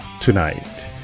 tonight